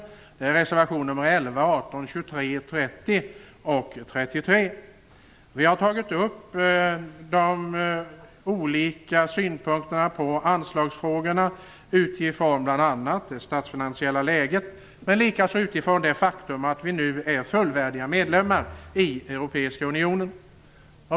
Det gäller reservationerna 11, 18, 23, Vi har olika synpunkter på anslagsfrågorna utifrån bl.a. det statsfinansiella läget men likväl utifrån det faktum att vi nu är fullvärdiga medlemmar i Europeiska unionen.